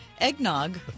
eggnog